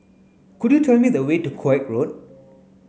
could you tell me the way to Koek Road